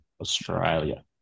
Australia